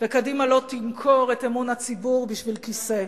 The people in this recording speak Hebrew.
וקדימה לא תמכור את אמון הציבור בשביל כיסא.